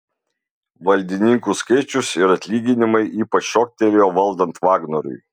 valdininkų skaičius ir atlyginimai ypač šoktelėjo valdant vagnoriui